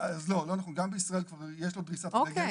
גם בישראל יש לו כבר דריסת רגל.